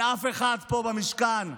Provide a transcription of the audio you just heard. אין אף אחד פה במשכן שהורשע,